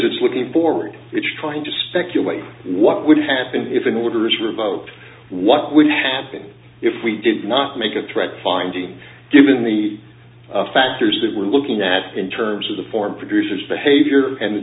it's looking forward it's trying to speculate what would happen if an order is revoked what would happen if we did not make a threat finding given the factors that we're looking at in terms of foreign producers behavior and